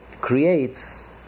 creates